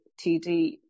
TD